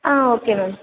ah okay ma'am